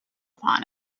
upon